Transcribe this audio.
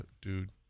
dude